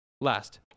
Last